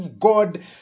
God